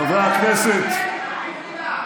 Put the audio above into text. חבר הכנסת משה אבוטבול.